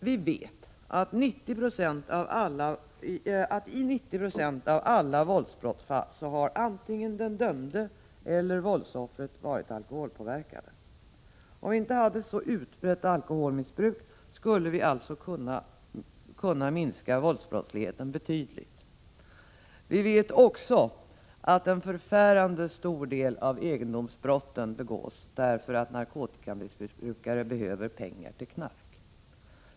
Vi vet att det i 90 96 av alla våldsbrottsfall har en av de inblandade — den dömde eller våldsoffret — varit alkoholpåverkad. Om vi inte hade ett så utbrett alkoholmissbruk skulle vi alltså kunna minska våldsbrottsligheten betydligt. Vi vet också att en förfärande stor del av egendomsbrotten begås därför att narkotikamissbrukare behöver pengar till knark.